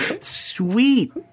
sweet